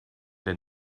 had